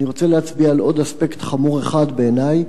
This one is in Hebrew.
אני רוצה להצביע על עוד אספקט חמור אחד בעיני,